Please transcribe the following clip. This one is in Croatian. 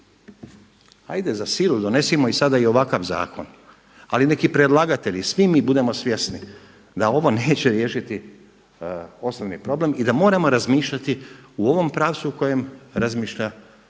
Hajde za silu donesimo i sada i ovakav zakon, ali nek0 i predlagatelji, svi mi budemo svjesni da ovo neće riješiti osnovni problem i da moramo razmišljati u ovom pravcu u kojem razmišlja